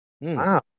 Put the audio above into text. Wow